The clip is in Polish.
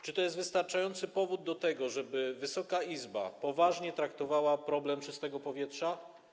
Czy to jest wystarczający powód do tego, żeby Wysoka Izba poważnie traktowała problem czystego powietrza?